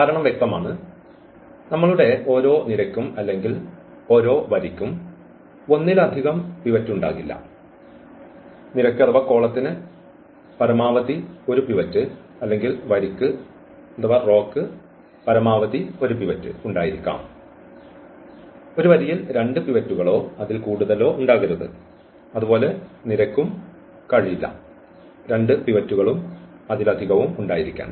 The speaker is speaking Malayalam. കാരണം വ്യക്തമാണ് നമ്മളുടെ ഓരോ നിരയ്ക്കും അല്ലെങ്കിൽ ഓരോ വരിയ്ക്കും ഒന്നിലധികം പിവറ്റ് ഉണ്ടാകില്ല നിരയ്ക്ക് പരമാവധി ഒരു പിവറ്റ് അല്ലെങ്കിൽ വരിക്ക് പരമാവധി ഒരു പിവറ്റ് ഉണ്ടായിരിക്കാം ഒരു വരിയിൽ രണ്ട് പിവറ്റുകളോ അതിൽ കൂടുതലോ ഉണ്ടാകരുത് അതുപോലെ നിരയ്ക്ക്ക്കും കഴിയില്ല രണ്ട് പിവറ്റുകളും അതിലധികവും ഉണ്ടായിരിക്കാൻ